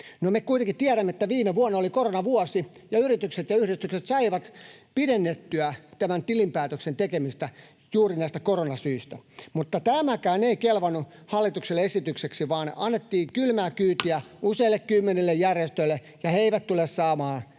me kuitenkin tiedämme, että viime vuonna oli koronavuosi ja yritykset ja yhdistykset saivat pidennettyä tämän tilinpäätöksen tekemistä juuri näistä koronasyistä, mutta tämäkään ei kelvannut hallitukselle esitykseksi, vaan annettiin kylmää kyytiä useille kymmenille järjestöille. He eivät tule saamaan euron